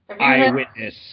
eyewitness